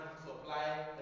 supply